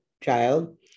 child